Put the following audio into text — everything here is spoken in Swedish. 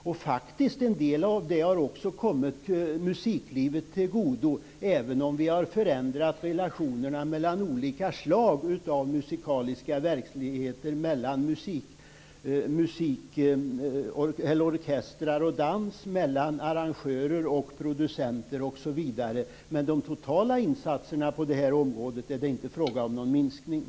En del av det har faktiskt också kommit musiklivet till godo, även om vi har förändrat relationerna mellan olika slag av musikaliska verksamheter, t.ex. mellan orkestrar och dans, mellan arrangörer och producenter osv. Men det är inte fråga om någon minskning av de totala insatserna på det här området.